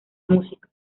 música